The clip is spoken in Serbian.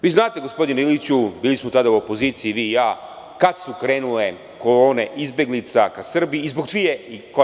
Vi znate, gospodine Iliću, bili smo tada u opoziciji i vi i ja, kada su krenule kolone izbeglica ka Srbiji i zbog čije i koje